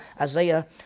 Isaiah